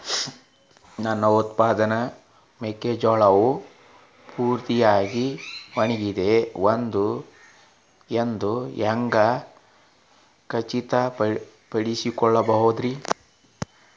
ನನ್ನ ಉತ್ಪನ್ನವಾದ ಮೆಕ್ಕೆಜೋಳವು ಪೂರ್ತಿಯಾಗಿ ಒಣಗಿದೆ ಎಂದು ಹ್ಯಾಂಗ ಖಚಿತ ಪಡಿಸಿಕೊಳ್ಳಬಹುದರೇ?